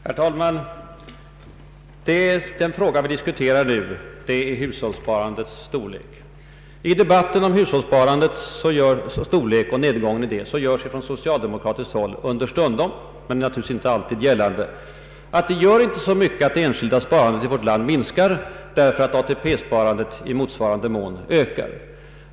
Herr talman! Jag upprepar att den fråga vi nu diskuterar är hushållssparandets storlek. I debatten om detta sparandets storlek och om nedgången däri görs från socialdemokratiskt håll ofta, men naturligtvis inte alltid, gällande, att det inte gör så mycket om det enskilda sparandet i vårt land minskar, eftersom ATP-sparandet i motsvarande mån ökar.